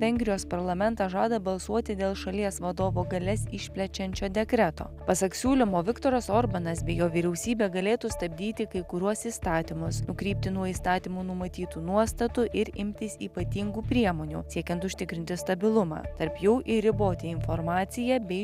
vengrijos parlamentas žada balsuoti dėl šalies vadovo galias išplečiančio dekreto pasak siūlymo viktoras orbanas bei jo vyriausybė galėtų stabdyti kai kuriuos įstatymus nukrypti nuo įstatymų numatytų nuostatų ir imtis ypatingų priemonių siekiant užtikrinti stabilumą tarp jų ir riboti informaciją bei